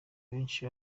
benshi